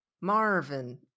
Marvin